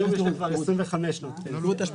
היום יש לה כבר 25 שנות פנסיה.